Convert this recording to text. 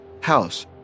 house